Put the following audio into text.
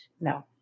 No